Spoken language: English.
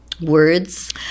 words